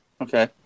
Okay